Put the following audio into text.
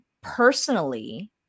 Personally